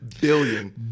Billion